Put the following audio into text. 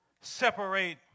separate